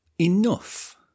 enough